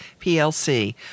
PLC